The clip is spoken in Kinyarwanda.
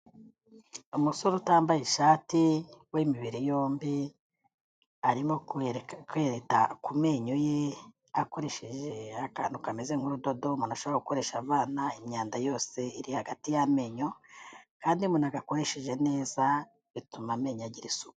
Umusore utambaye ishati, w'imibere yombi, arimo kwereta ku menyo ye akoresheje akantu kameze nk'urudodo umuntu ashobora gukoresha avana imyanda yose iri hagati y'amenyo, kandi iyo umuntu agakoresheje neza bituma amenyo agira isuku.